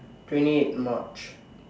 twenty eight March